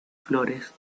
flores